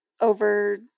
over